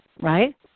Right